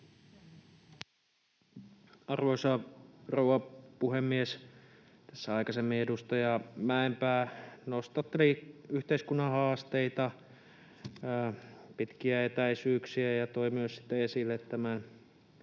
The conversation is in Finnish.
Arvoisa rouva puhemies! Tässä aikaisemmin edustaja Mäenpää nostatteli yhteiskunnan haasteita ja pitkiä etäisyyksiä ja toi myös sitten esille tämän